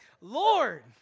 Lord